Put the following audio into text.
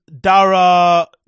Dara